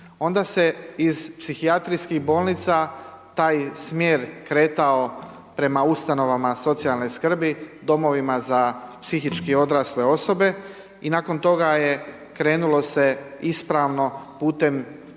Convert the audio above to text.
Onda se iz psihijatrijskih bolnica taj smjer kretao prema ustanovama socijalne skrbi, domovima za psihički odrasle osobe i nakon toga je krenulo se ispravno putem